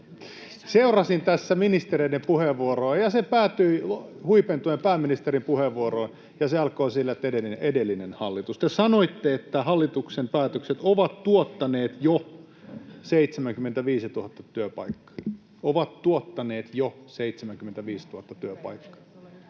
Seurasin tässä ministereiden puheenvuoroja, huipentuen pääministerin puheenvuoroon, ja se alkoi sillä, että ”edellinen hallitus”. Te sanoitte, että hallituksen päätökset ovat tuottaneet jo 75 000 työpaikkaa